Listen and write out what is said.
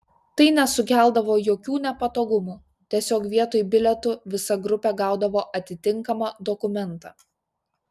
tai nesukeldavo jokių nepatogumų tiesiog vietoj bilietų visa grupė gaudavo atitinkamą dokumentą